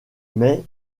mais